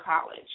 college